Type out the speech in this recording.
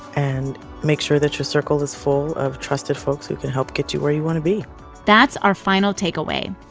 and make sure that your circle is full of trusted folks who can help get you where you want to be that's our final takeaway.